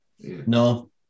No